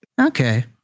Okay